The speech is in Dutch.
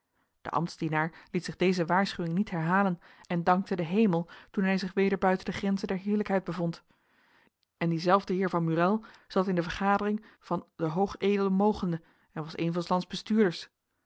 de ambtsdienaar liet zich deze waarschuwing niet herhalen en dankte den hemel toen hij zich weder buiten de grenzen der heerlijkheid bevond en die zelfde heer van murél zat in de vergadering van h e mogenden en was een van s lands bestuurders